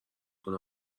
کنه